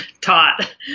taught